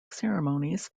ceremonies